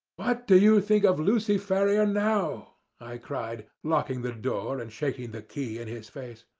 what do you think of lucy ferrier now i cried, locking the door, and shaking the key in his face.